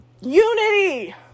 unity